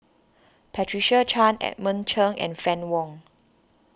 Patricia Chan Edmund Cheng and Fann Wong